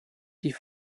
die